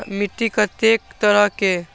मिट्टी कतेक तरह के?